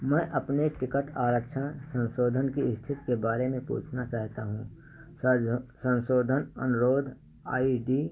मैं अपने टिकट आरक्षण संशोधन की स्थिति के बारे में देखना चाहता हूँ तथा यह संशोधन अनुरोध आई डी